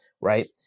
right